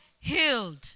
healed